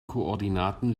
koordinaten